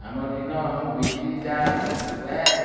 ଆମର୍ ଇନ ବିଜ୍ଲିଟା ପ୍ରାଏ